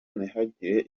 ntihagire